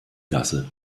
gasse